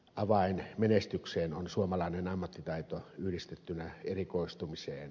avain menestykseen on suomalainen ammattitaito yhdistettynä erikoistumiseen